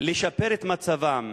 לשפר את מצבם,